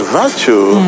virtue